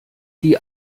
die